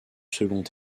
second